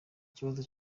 kibazo